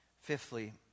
Fifthly